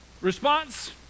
response